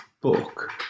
book